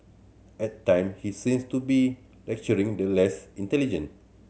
at time he seems to be lecturing the less intelligent